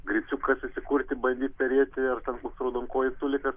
griciukas įsikurti bandyt perėti ar ten koks raudonkojis tulikas